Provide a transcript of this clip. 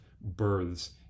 births